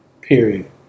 Period